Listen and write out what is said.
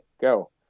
go